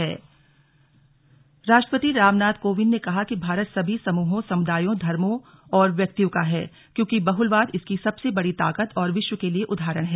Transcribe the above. slug राष्ट्रपति संबोधन राष्ट्रपति रामनाथ कोविंद ने कहा कि भारत सभी समूहों समूदायों धर्मो और व्य्कयों का है क्योंकि बहलवाद इसकी सबसे बड़ी ताकत और विश्व के लिए उदाहरण है